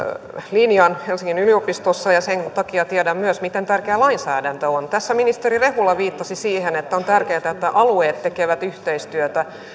linjan helsingin yliopistossa ja sen takia tiedän myös miten tärkeää lainsäädäntö on tässä ministeri rehula viittasi siihen että on tärkeätä että alueet tekevät yhteistyötä